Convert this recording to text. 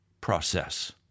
process